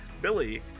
Billy